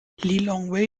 lilongwe